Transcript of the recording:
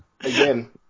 Again